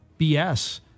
BS